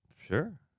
Sure